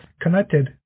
connected